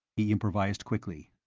he improvised quickly.